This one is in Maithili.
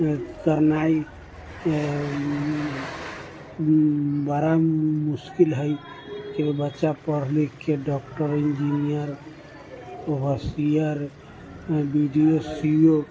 करनाइ बड़ा मुश्किल हइ कि बच्चा पढ़ लिखके doctor engineer overseer V D O C ओ